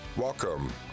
Welcome